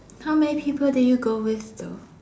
how many people do you go with though